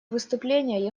выступление